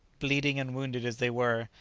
bleeding and wounded as they were,